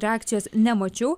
reakcijos nemačiau